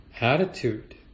attitude